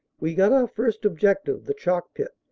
we got our first objective, the chalk pit,